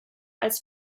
als